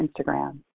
Instagram